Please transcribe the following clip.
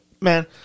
Man